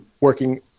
working